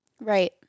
right